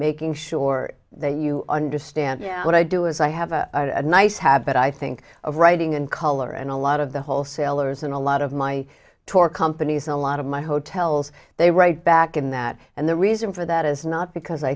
making sure that you understand what i do is i have a nice habit i think of writing and color and a lot of the wholesalers and a lot of my tour companies a lot of my hotels they write back in that and the reason for that is not because i